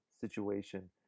situation